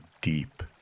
deep